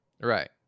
right